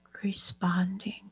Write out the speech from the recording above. responding